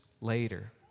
later